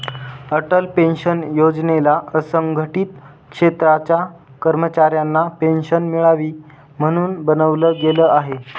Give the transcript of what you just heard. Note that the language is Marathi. अटल पेन्शन योजनेला असंघटित क्षेत्राच्या कर्मचाऱ्यांना पेन्शन मिळावी, म्हणून बनवलं गेलं आहे